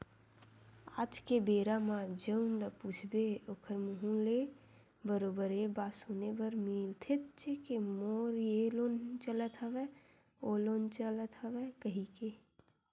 आज के बेरा म जउन ल पूछबे ओखर मुहूँ ले बरोबर ये बात सुने बर मिलथेचे के मोर ये लोन चलत हवय ओ लोन चलत हवय कहिके